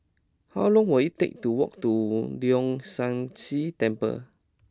how long will it take to walk to Leong San See Temple